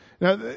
Now